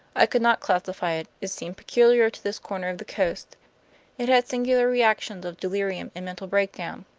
i could not classify it it seemed peculiar to this corner of the coast it had singular reactions of delirium and mental breakdown.